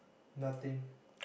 nothing